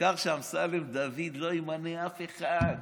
העיקר שאמסלם דוד לא ימנה אף אחד,